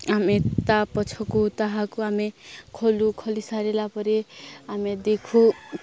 ଆମେ ତା ପଛକୁ ତାହାକୁ ଆମେ ଖୋଲୁ ଖୋଲି ସାରିଲା ପରେ ଆମେ ଦେଖୁ